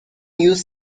used